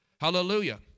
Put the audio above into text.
Hallelujah